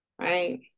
right